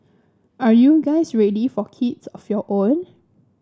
are you guys ready for kids of your own